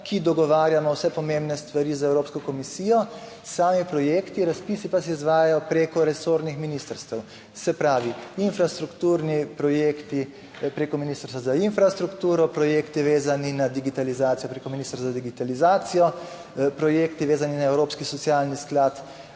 ki dogovarjamo vse pomembne stvari z Evropsko komisijo, sami projekti, razpisi, pa se izvajajo preko resornih ministrstev, se pravi, infrastrukturni projekti preko Ministrstva za infrastrukturo, projekti, vezani na digitalizacijo, preko Ministrstva za digitalizacijo, projekti, vezani na Evropski socialni sklad,